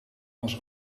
was